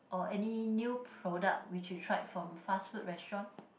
or any new product which you tried from fast food restaurant